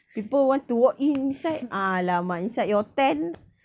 people want to walk inside !alamak! inside your tent